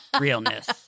realness